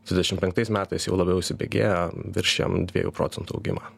dvidešimt penktais metais jau labiau įsibėgėjam viršijam dviejų procentų augimą